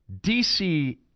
DC